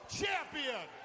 champion